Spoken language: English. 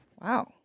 Wow